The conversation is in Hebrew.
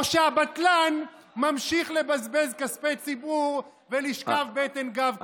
או שהבטלן ממשיך לבזבז כספי ציבור ולשכב בטן-גב כל היום?